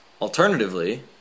Alternatively